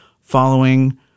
following